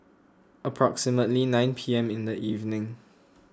approximately nine P M in the evening